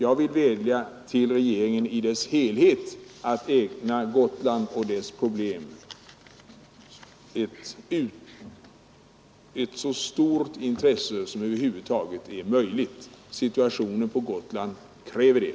Jag vill vädja till regeringen i dess helhet att ägna Gotland och dess problem ett så stort intresse som det över huvud taget är möjligt. Situationen på Gotland kräver det.